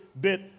bit